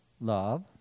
love